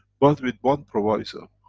but with one proviso,